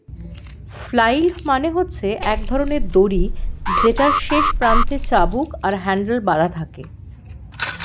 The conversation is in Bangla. ফ্লাইল মানে হচ্ছে এক ধরণের দড়ি যেটার শেষ প্রান্তে চাবুক আর হ্যান্ডেল বাধা থাকে